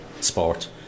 sport